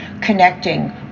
connecting